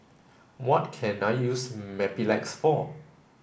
what can I use Mepilex for